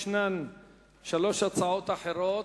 יש שלוש הצעות אחרות,